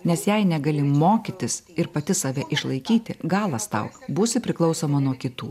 nes jei negali mokytis ir pati save išlaikyti galas tau būsi priklausoma nuo kitų